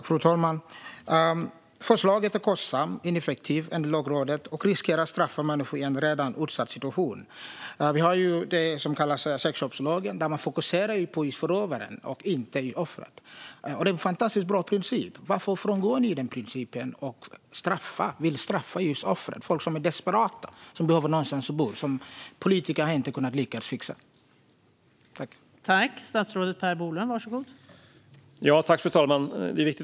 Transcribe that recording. Fru talman! Förslaget är kostsamt och ineffektivt, enligt Lagrådet. Det riskerar också att leda till att människor som redan är i en utsatt situation kommer att straffas. Vi har det som kallas sexköpslagen. Där fokuserar man just på förövaren och inte på offret. Det är en fantastiskt bra princip. Varför frångår ni den principen och vill straffa offren, Per Bolund? Det handlar om folk som är desperata och behöver någonstans att bo eftersom politiker inte har lyckats fixa det här.